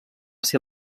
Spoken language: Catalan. ser